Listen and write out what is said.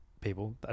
people